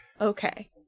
Okay